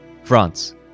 france